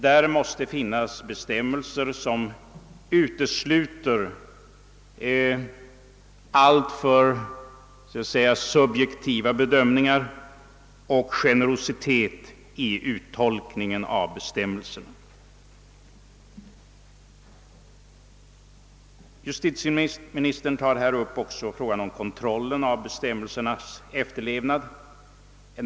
Där måste finnas bestämmelser som utesluter alltför, skall vi säga subjektiva bedömningar och generositet i uttolkningen av bestämmelserna. Justitieministern tar också upp frågan om kontrollen av bestämmelsernas efterlevnad.